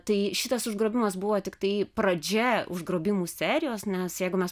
tai šitas užgrobimas buvo tiktai pradžia užgrobimų serijos nes jeigu mes